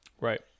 Right